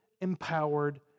empowered